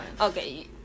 Okay